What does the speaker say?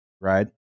right